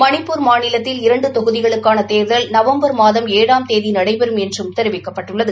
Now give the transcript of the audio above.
மணிப்பூர் மாநிலத்தில் இரண்டு தொகுதிகளுக்கான தேர்தல் நவம்பர் மாதம் ஏழாம் தேதி நடைபெறும் என்றும் தெரிவிக்கப்பட்டுள்ளது